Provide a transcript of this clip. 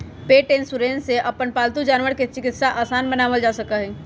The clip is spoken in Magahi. पेट इन्शुरन्स से अपन पालतू जानवर के चिकित्सा आसान बनावल जा सका हई